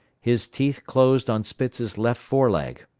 his teeth closed on spitz's left fore leg.